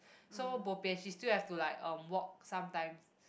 so bo pian she still have to like um walk sometime